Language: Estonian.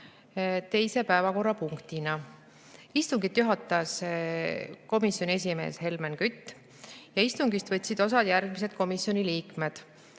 teise päevakorrapunktina. Istungit juhatas komisjoni esimees Helmen Kütt. Istungist võtsid osa järgmised komisjoni liikmed: